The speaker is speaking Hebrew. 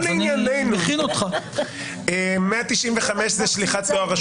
ולעניינו, 195,000 זה שליחת דואר רשום